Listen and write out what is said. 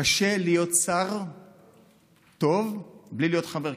קשה להיות שר טוב בלי להיות חבר כנסת,